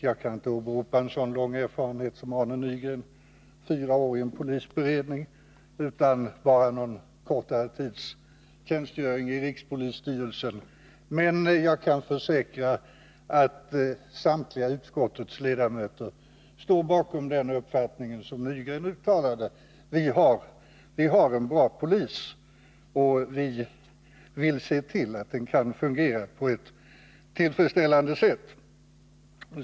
Jag kan inte åberopa en sådan lång erfarenhet som Arne Nygren — fyra år i en polisberedning — utan bara någon kortare tids tjänstgöring i rikspolisstyrelsen. Men jag kan försäkra att samtliga utskottets ledamöter står bakom den uppfattning som Arne Nygren uttalade: Vi har en bra polis, och vi vill se till att den kan fungera på ett tillfredsställande sätt.